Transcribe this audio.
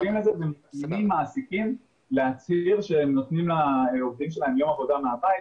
שמזמינים מעסיקים להצהיר שהם נותנים לעובדים שלהם יום עבודה מהבית.